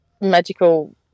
magical